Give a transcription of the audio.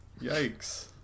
Yikes